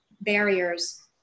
barriers